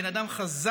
בן אדם חזק,